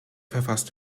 verfasst